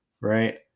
right